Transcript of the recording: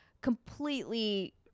completely